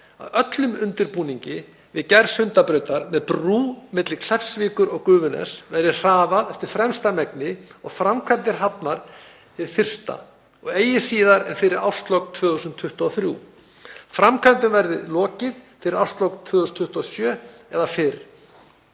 að öllum undirbúningi við gerð Sundabrautar, með brú milli Kleppsvíkur og Gufuness, verði hraðað eftir fremsta megni og framkvæmdir hafnar hið fyrsta og eigi síðar en fyrir árslok 2023. Framkvæmdum verði lokið fyrir árslok 2027 eða fyrr.